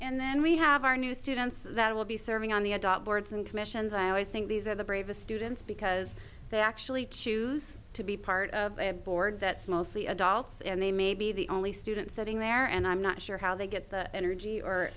and then we have our new students that will be serving on the boards and commissions i always think these are the bravest students because they actually choose to be part of a board that's mostly adults and they may be the only students sitting there and i'm not sure how they get the energy or